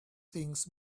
things